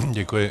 Děkuji.